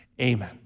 amen